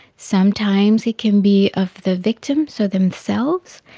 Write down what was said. sometimes it can be of the victim, so themselves.